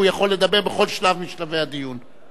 הוא יכול לדבר בכל שלב משלבי הדיון.